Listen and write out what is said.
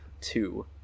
Two